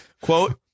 Quote